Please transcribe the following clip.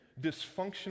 dysfunctional